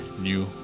new